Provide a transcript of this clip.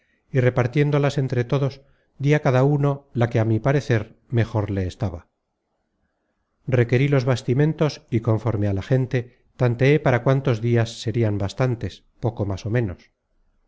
y repartiéndolas entre todos dí á cada uno la que á mi parecer mejor le estaba requerí los bastimentos y conforme a la gente tanteé para cuántos dias serian bastantes poco más o menos